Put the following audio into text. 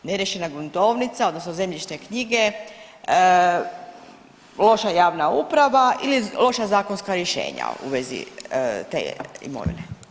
Neriješena gruntovnica odnosno zemljišne knjige, loša javna uprava ili loša zakonska rješenja u vezi te imovine?